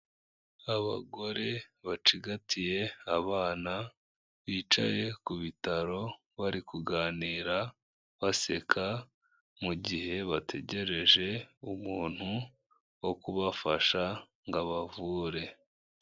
Abagore bacigatiye abana bicaye ku bitaro bari kuganira baseka mu gihe bategereje umuntu wo kubafasha ngo abavure.